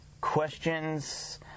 questions